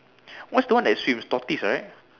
what's the one that swims tortoise right